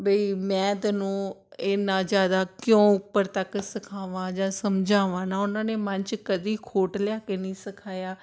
ਬਈ ਮੈਂ ਤੈਨੂੰ ਇੰਨਾ ਜ਼ਿਆਦਾ ਕਿਉਂ ਉੱਪਰ ਤੱਕ ਸਿਖਾਵਾਂ ਜਾਂ ਸਮਝਾਵਾਂ ਨਾ ਉਹਨਾਂ ਨੇ ਮਨ 'ਚ ਕਦੀ ਖੋਟ ਲਿਆ ਕੇ ਨਹੀਂ ਸਿਖਾਇਆ